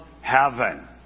heaven